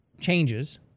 changes